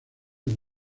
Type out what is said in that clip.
del